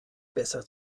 besser